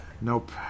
Nope